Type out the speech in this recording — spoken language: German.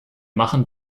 machen